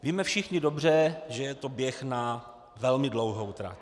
Víme všichni dobře, že je to běh na velmi dlouhou trať.